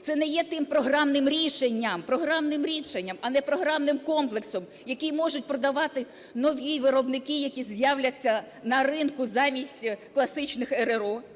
це не є тим програмним рішенням, програмним рішенням, а не програмним комплексом, який можуть продавати нові виробники, які з'являться на ринку замість класичних РРО.